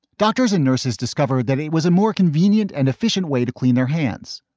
doctors and nurses discovered that it was a more convenient and efficient way to clean their hands.